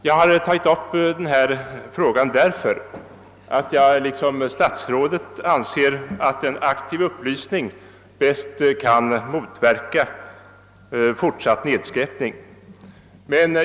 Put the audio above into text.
Jag har tagit upp denna fråga därför att jag liksom statsrådet anser att en aktiv upplysning bäst kan motverka fortsatt nedskräpning.